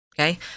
okay